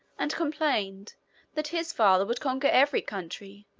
and complained that his father would conquer every country,